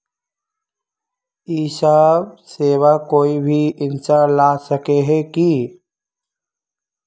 इ सब सेवा कोई भी इंसान ला सके है की?